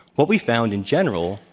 what we found, in general,